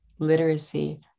literacy